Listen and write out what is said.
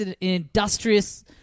industrious